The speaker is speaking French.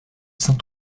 saint